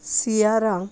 Sierra